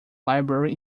library